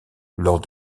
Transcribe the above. lors